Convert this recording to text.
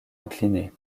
incliné